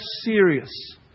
serious